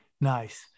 nice